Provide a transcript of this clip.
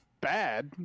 bad